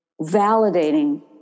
validating